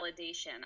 validation